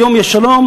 היום יש שלום,